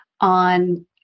on